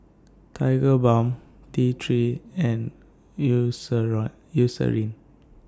Tigerbalm T three and Euceran Eucerin